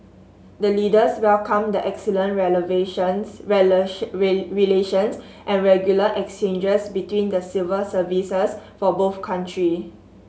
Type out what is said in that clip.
the leaders welcomed the excellent and regular exchanges between the civil services for both country